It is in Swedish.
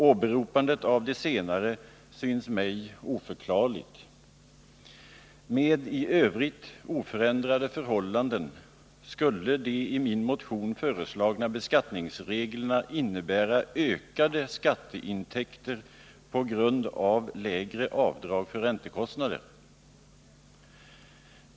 Åberopandet av de senare synes mig tighet oförklarligt. Med i övrigt oförändrade förhållanden skulle de i min motion föreslagna beskattningsreglerna innebära ökade skatteintäkter på grund av lägre avdrag för räntekostnader.